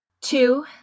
two